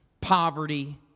poverty